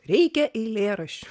reikia eilėraščių